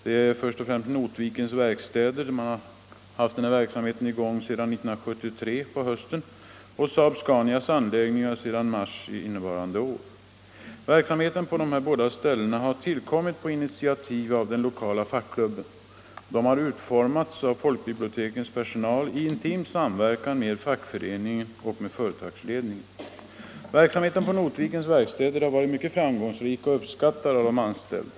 Det gäller först och främst Notvikens verkstäder, som haft den här verksamheten i gång sedan hösten 1973, och SAAB-SCANIA:s anläggning, som haft den sedan mars innevarande år. Verksamheten på dessa båda ställen har tillkommit på initiativ av den lokala fackklubben. Den har utformats av folkbibliotekets personal i intim samverkan med fackföreningen och företagsledningen. Verksamheten på Notvikens verkstäder har varit mycket framgångsrik och uppskattad av de anställda.